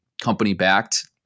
company-backed